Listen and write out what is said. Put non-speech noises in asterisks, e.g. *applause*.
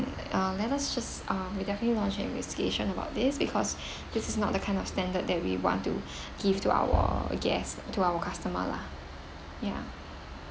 uh let us just uh we'll definitely launch an investigation about this because *breath* this is not the kind of standard that we want to *breath* give to our guest to our customer lah ya